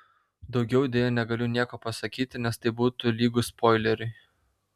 daugiau deja negaliu nieko pasakyti nes tai būtų lygu spoileriui